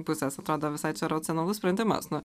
pusės atrodo visai racionalus sprendimas nu